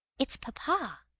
it's papa,